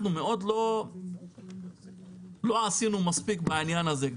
לא עשינו מספיק בעניין הזה.